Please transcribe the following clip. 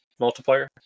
multiplayer